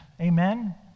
Amen